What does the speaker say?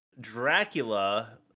Dracula